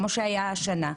כמו שהיה השנה.